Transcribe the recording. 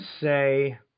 say